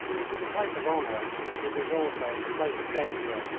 it is a place of honour but it is also a place of danger,